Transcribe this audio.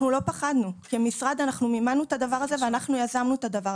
שנמצאת איתנו